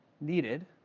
needed